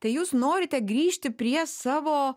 tai jūs norite grįžti prie savo